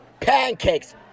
Pancakes